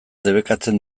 debekatzen